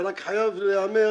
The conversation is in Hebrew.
רק חייב להיאמר